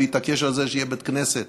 זה להתעקש שיהיה בית כנסת,